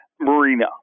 marina